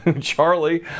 Charlie